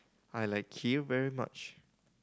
I like Kheer very much